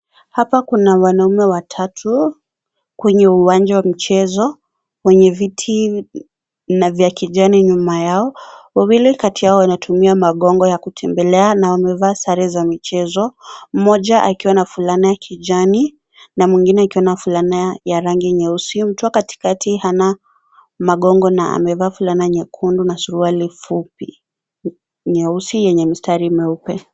Haoa kuna wanaume watatu kwenye uwanja wa michezo wenye vita vya kijani nyuma yao , wawili kati yao wanatumia magongo ya kutembea na wamevaa sare za michezo , mmoja akiwa na fulana ya kijani na mwingine akiwa na fulana ya rangi nyeusi mtu wa katikati hana magongo na amevaa fulana nyekundu na suruali fupi nyeusi yenye mistari myeupe .